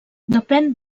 depèn